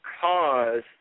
cause